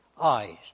eyes